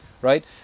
Right